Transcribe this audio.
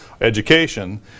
education